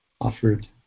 offered